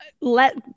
let